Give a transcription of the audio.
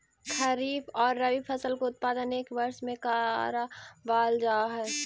खरीफ और रबी फसल का उत्पादन एक वर्ष में करावाल जा हई